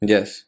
Yes